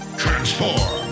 transform